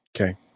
okay